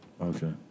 Okay